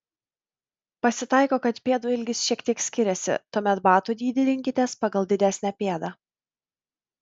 pasitaiko kad pėdų ilgis šiek tiek skiriasi tuomet batų dydį rinkitės pagal didesnę pėdą